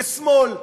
כשמאל,